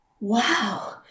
wow